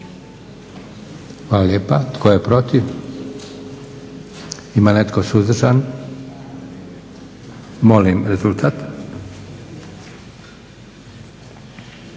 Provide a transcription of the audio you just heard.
Hvala. Tko je protiv? Ima li netko suzdržan? Molim rezultat.